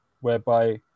whereby